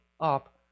up